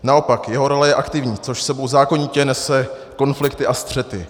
Naopak, jeho role je aktivní, což s sebou zákonitě nese konflikty a střety.